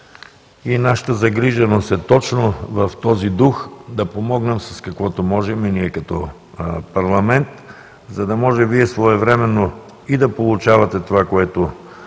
и нашата загриженост е точно в този дух да помогнем с каквото можем и ние като парламент, за да може и Вие своевременно да получавате това, което